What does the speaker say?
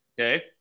Okay